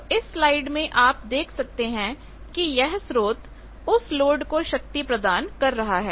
तो इस स्लाइड में आप देख सकते हैं कि यह स्रोत उस लोड को शक्ति प्रदान कर रहा है